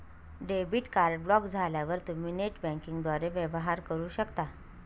debit card block झाल्यावर तुम्ही net बँकिंगद्वारे वेवहार करू शकता